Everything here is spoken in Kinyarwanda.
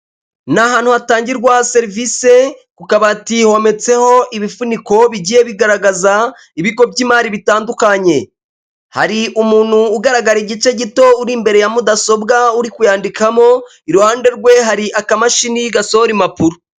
Ni ahantu hatangirwa serivise, ku kabati hometseho ibifuniko bigiye bigaragaza ibigo by'imari bitandukanye. Hari umuntu ugaragara igice gito, uri imbere ya mudasobwa, uri kuyandikamo, iruhande rwe hari akamashini gasohora impapuro.